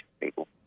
people